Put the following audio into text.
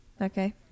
Okay